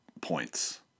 points